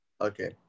Okay